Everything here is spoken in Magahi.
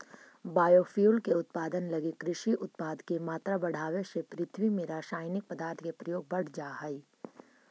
बायोफ्यूल के उत्पादन लगी कृषि उत्पाद के मात्रा बढ़ावे से पृथ्वी में रसायनिक पदार्थ के प्रयोग बढ़ जा हई